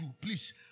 please